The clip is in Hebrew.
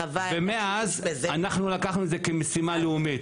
ומאז אנחנו לקחנו את זה כמשימה לאומית.